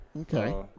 Okay